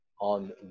on